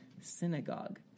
synagogue